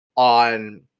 On